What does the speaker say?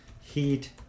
Heat